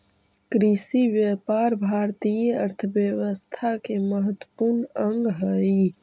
कृषिव्यापार भारतीय अर्थव्यवस्था के महत्त्वपूर्ण अंग हइ